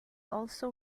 also